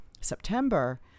September